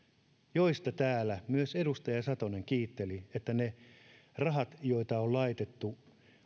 joista täällä myös edustaja satonen kiitteli että ne rahat jotka on niihin laitettu